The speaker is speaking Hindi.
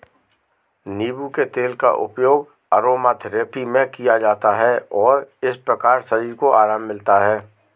नींबू के तेल का उपयोग अरोमाथेरेपी में किया जाता है और इस प्रकार शरीर को आराम मिलता है